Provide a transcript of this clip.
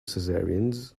cesareans